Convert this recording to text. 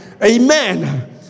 Amen